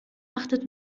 achtet